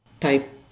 type